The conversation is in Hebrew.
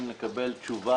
אם נקבל תשובה,